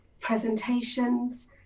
presentations